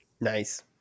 Nice